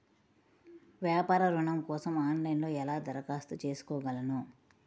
వ్యాపార ఋణం కోసం ఆన్లైన్లో ఎలా దరఖాస్తు చేసుకోగలను?